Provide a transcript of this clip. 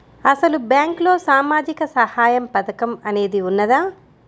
అసలు బ్యాంక్లో సామాజిక సహాయం పథకం అనేది వున్నదా?